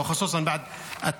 תודה רבה.